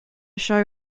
show